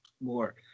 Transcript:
more